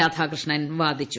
രാധാകൃഷ്ണൻ വാദിച്ചു